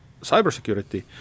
cybersecurity